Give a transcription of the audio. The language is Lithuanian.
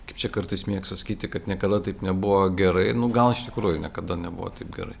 kaip čia kartais mėgsta sakyti kad niekada taip nebuvo gerai nu gal iš tikrųjų niekada nebuvo taip gerai